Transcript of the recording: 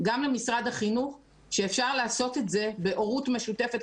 גם למשרד החינוך שאפשר לעשות את זה בהורות משותפת,